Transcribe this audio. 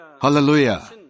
Hallelujah